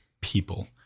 people